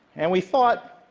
and we thought,